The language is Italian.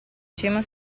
cima